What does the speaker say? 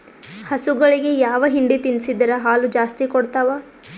ಹಸುಗಳಿಗೆ ಯಾವ ಹಿಂಡಿ ತಿನ್ಸಿದರ ಹಾಲು ಜಾಸ್ತಿ ಕೊಡತಾವಾ?